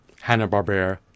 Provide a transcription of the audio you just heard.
Hanna-Barbera